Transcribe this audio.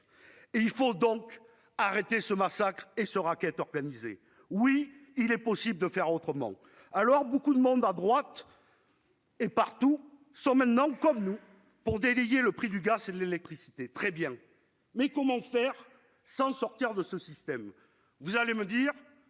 Il faut arrêter ce massacre et ce racket organisé ! Oui, il est possible de faire autrement ! D'ailleurs, beaucoup de monde, même à droite, est désormais d'accord avec nous pour délier les prix du gaz et de l'électricité. Très bien ! Mais comment faire sans sortir de ce système ?